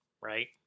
right